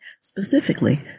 Specifically